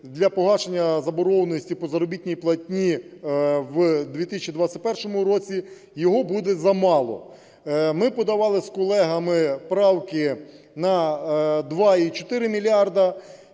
для погашення заборгованості по заробітній платні в 2021 році, його буде замало. Ми подавали з колегами правки на 2,4 мільярда,